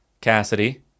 Cassidy